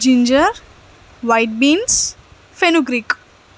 ginger white beans fenugreek